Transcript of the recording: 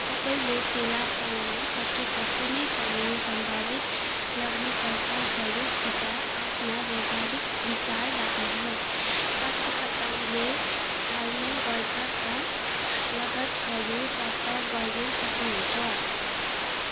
तपाईँँले फेला पार्न सकेका कुनै पनि सम्भावित लगानीकर्ताहरूसित आफ्ना व्यापारिक विचार राख्नुहोस् ताकि तपाईँँले थालनी गर्दाका लागतहरू प्राप्त गर्न सक्नुहुन्छ